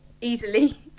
easily